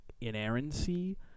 inerrancy